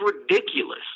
ridiculous